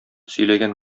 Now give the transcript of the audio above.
сөйләгән